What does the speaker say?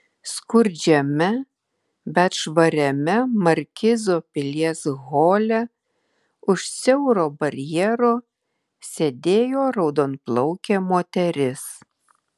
skurdžiame bet švariame markizo pilies hole už siauro barjero sėdėjo raudonplaukė moteris